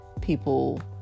people